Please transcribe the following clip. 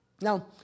Now